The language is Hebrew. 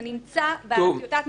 זה נמצא בטיוטת מחליטים.